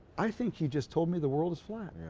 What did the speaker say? i think he just told me the world is flat.